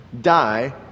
die